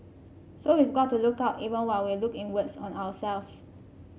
so we've got to look out even while we look inwards on ourselves